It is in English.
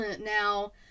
Now